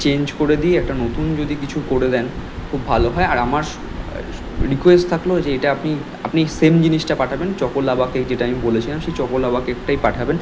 change করে দিয়ে একটা নতুন যদি কিছু করে দেন খুব ভালো হয় আর আমার স্ রিকোয়েস্ট থাকল যে এটা আপনি আপনি সেম জিনিসটা পাঠাবেন চকো লাভা কেক যেটা আমি বলেছিলাম সেই চকো লাভা কেকটাই পাঠাবেন